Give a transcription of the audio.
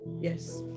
yes